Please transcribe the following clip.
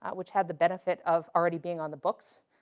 which had the benefit of already being on the books,